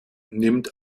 nimmt